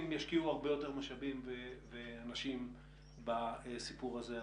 ישקיעו הרבה יותר משאבים ואנשים בסיפור הזה.